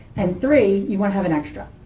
and three, you want to have an extra.